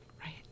Right